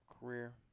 career